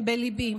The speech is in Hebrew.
הם בליבי.